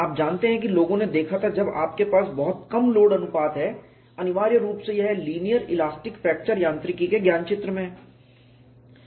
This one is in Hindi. आप जानते हैं कि लोगों ने देखा था जब आपके पास बहुत कम लोड अनुपात हैं अनिवार्य रूप से यह लीनियर इलास्टिक फ्रैक्चर यांत्रिकी के ज्ञानक्षेत्र में है